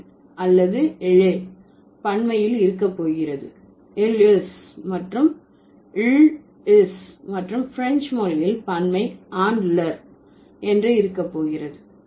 இல் அல்லது எல்லே பன்மையில் இருக்க போகிறது இல் ஸ் மற்றும் இல்ல் ஸ் என்றும் பிரஞ்சு மொழியில் பன்மை ஆன் ளர் என்று இருக்க போகிறது